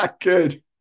good